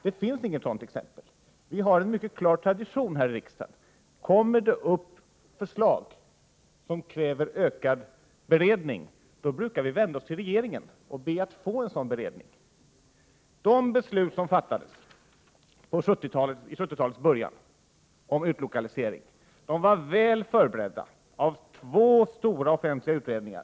Det finns inget sådant exempel. Vi har en mycket klar tradition här i riksdagen. Om det kommer ett förslag som kräver ökad beredning, brukar vi vända oss till regeringen och be att få en sådan beredning. De beslut om utlokalisering som fattades i 70-talets början var väl förberedda av två stora offentliga utredningar.